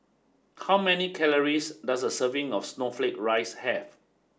how many calories does a serving of Snowflake Ice have